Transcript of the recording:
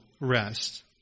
rest